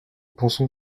pensons